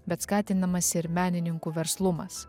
bet skatinamas ir menininkų verslumas